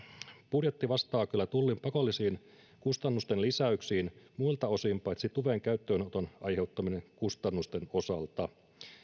budjetti vastaa kyllä tullin pakollisiin kustannusten lisäyksiin muilta osin paitsi tuven käyttöönoton aiheuttamien kustannusten osalta